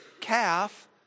calf